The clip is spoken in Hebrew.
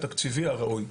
התקציבי הראוי.